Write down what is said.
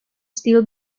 still